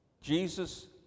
Jesus